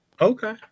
Okay